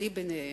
אני ביניהם,